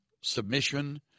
submission